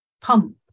pump